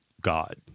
God